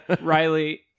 riley